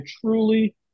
truly